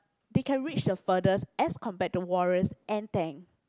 they can reach the furthest as compared to warriors and tank